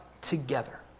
together